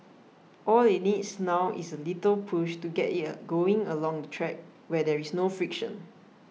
all it needs now is a little push to get it a going along the track where there is no friction